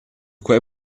quei